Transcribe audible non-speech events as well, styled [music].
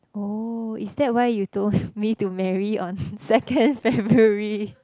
oh is that why you told [laughs] me to marry on [laughs] second February [breath]